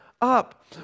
up